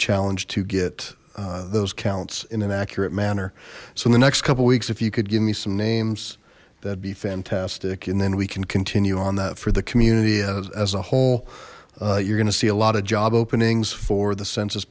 challenge to get those counts in an accurate manner so in the next couple weeks if you could give me some names that'd be fantastic and then we can continue on that for the community as a whole you're gonna see a lot of job openings for the census